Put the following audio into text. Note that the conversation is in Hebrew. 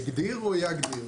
הגדיר או יגדיר?